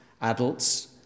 adults